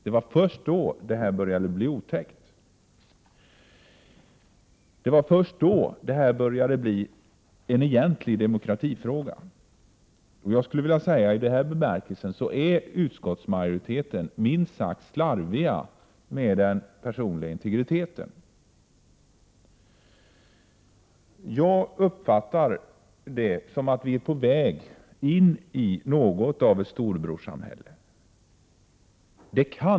Det var först då detta började bli otäckt, och det var först då som detta började bli en egentlig demokratifråga. Utskottsmajoriteten är minst sagt slarvig med den personliga integriteten. Jag uppfattar detta som att vi är på väg in i någon form av storebrorssamhälle.